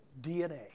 DNA